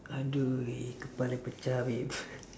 !aduh! kepala pecah beb